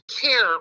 care